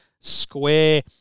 square